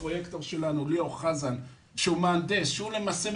ליאור חזן המהנדס שלנו נמצא פה והוא